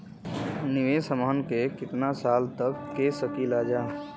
निवेश हमहन के कितना साल तक के सकीलाजा?